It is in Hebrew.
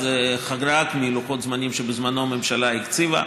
זה חרג מלוחות הזמנים שבזמנו הממשלה הקציבה.